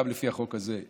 גם לפי החוק הזה,